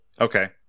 Okay